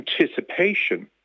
anticipation